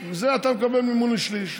עם זה אתה מקבל מימון לשליש.